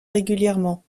régulièrement